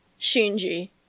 Shinji